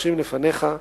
מוקשים לפניך",